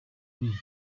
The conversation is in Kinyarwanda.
mibi